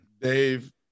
Dave